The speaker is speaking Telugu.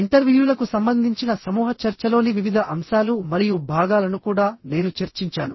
ఇంటర్వ్యూలకు సంబంధించిన సమూహ చర్చలోని వివిధ అంశాలు మరియు భాగాలను కూడా నేను చర్చించాను